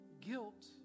Guilt